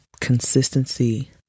consistency